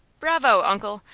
bravo, uncle!